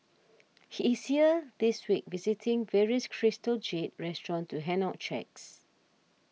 he is here this week visiting various Crystal Jade restaurants to hand out cheques